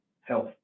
health